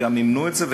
וגם מימנו את זה,